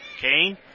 Kane